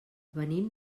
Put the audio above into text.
venim